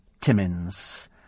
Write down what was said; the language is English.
Timmins